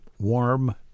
warm